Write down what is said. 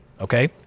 okay